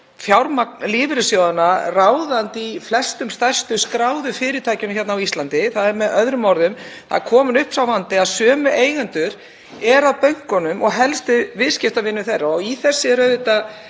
er fjármagn lífeyrissjóðanna ráðandi í flestum stærstu skráðu fyrirtækjunum hérna á Íslandi. Með öðrum orðum er kominn upp sá vandi að sömu eigendur eru að bönkunum og helstu viðskiptavinir þeirra. Í þessu er auðvitað